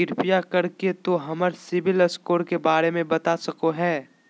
कृपया कर के तों हमर सिबिल स्कोर के बारे में बता सकलो हें?